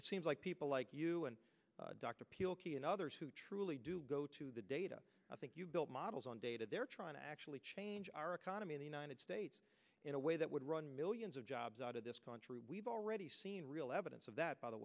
it seems like people like you and dr pilkey and others who truly do go to the data i think you build models on data they're trying to actually change our economy in the united states in a way that would run millions of jobs out of this country we've already seen real evidence of that by the